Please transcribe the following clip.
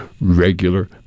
regular